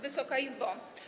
Wysoka Izbo!